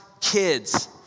kids